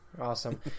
awesome